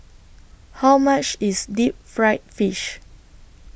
How much IS Deep Fried Fish